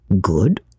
Good